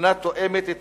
ואינה תואמת את